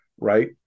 right